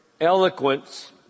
eloquence